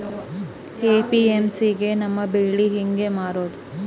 APMC ಗೆ ನಮ್ಮ ಬೆಳಿ ಹೆಂಗ ಮಾರೊದ?